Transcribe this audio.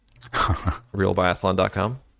realbiathlon.com